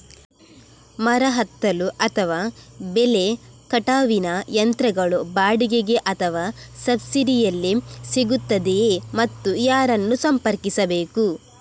ಮರ ಹತ್ತಲು ಅಥವಾ ಬೆಲೆ ಕಟಾವಿನ ಯಂತ್ರಗಳು ಬಾಡಿಗೆಗೆ ಅಥವಾ ಸಬ್ಸಿಡಿಯಲ್ಲಿ ಸಿಗುತ್ತದೆಯೇ ಮತ್ತು ಯಾರನ್ನು ಸಂಪರ್ಕಿಸಬೇಕು?